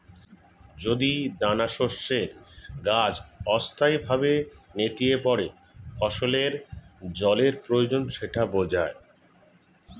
যদি দানাশস্যের গাছ অস্থায়ীভাবে নেতিয়ে পড়ে ফসলের জলের প্রয়োজন সেটা বোঝায়